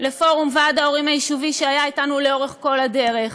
לפורום ועד ההורים היישובי שהיה אתנו לאורך כל הדרך,